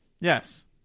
yes